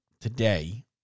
today